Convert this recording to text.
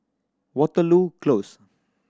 Waterloo Close